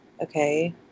okay